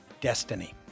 destiny